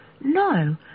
No